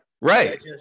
right